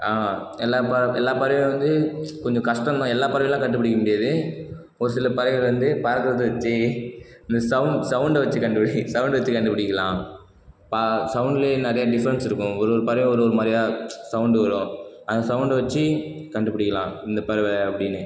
ஆமாம் எல்லாப் பறவை எல்லாப் பறவையும் வந்து கொஞ்சம் கஷ்டம் தான் எல்லா பறவைகள்லாம் கண்டுபிடிக்க முடியாது ஒரு சில பறவை வந்து பறக்குகிறத வச்சு இந்த சௌண்ட் சௌண்ட வச்சு கண்டுபிடி சௌண்ட வச்சு கண்டுபிடிக்கலாம் பா சௌண்ட்லே நிறையா டிஃப்ரெண்ட்ஸ் இருக்கும் ஒரு ஒரு பறவை ஒரு ஒரு மாதிரியா சௌண்ட் வரும் அந்த சௌண்ட வச்சு கண்டுபிடிக்கலாம் இந்த பறவை அப்படின்னு